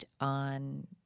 on